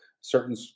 certain